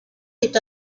est